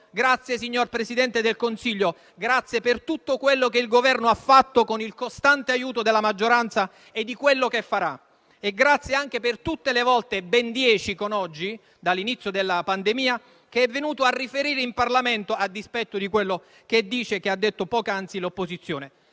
ringrazio, signor Presidente del Consiglio, per tutto quello che il Governo ha fatto, con il costante aiuto della maggioranza, e di quello che farà e grazie anche per tutte le volte - ben dieci con oggi dall'inizio della pandemia - che è venuto a riferire in Parlamento a dispetto di quello che dice e che ha detto poc'anzi l'opposizione.